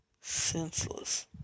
senseless